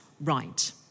right